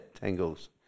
Tangles